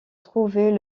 trouvait